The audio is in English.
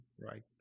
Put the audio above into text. Right